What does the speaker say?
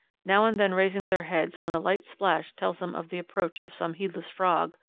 now and then raising their heads when a light splash tells them of the approach of some heedless frog,